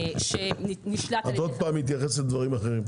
את שוב מתייחסת לדברים אחרים.